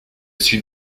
suis